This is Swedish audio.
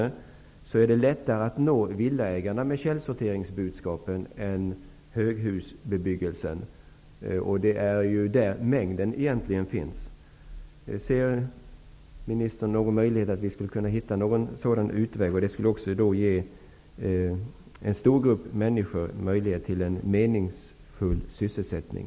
Det är bevisligen lättare att nå villaägarna med källsorteringsbudskapet än de höghusboende, och det är egentligen där som mängden finns. Ser ministern någon möjlighet att vi skulle kunna hitta en sådan utväg? Det skulle ge en stor grupp människor möjlighet till en meningsfull sysselsättning.